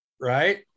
Right